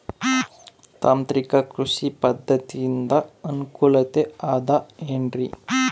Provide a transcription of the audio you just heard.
ತಾಂತ್ರಿಕ ಕೃಷಿ ಪದ್ಧತಿಯಿಂದ ಅನುಕೂಲತೆ ಅದ ಏನ್ರಿ?